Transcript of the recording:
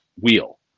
wheel